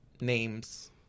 names